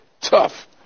tough